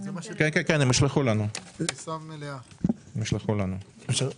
יש לי